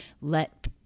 let